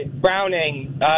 Browning